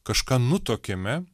kažką nutuokėme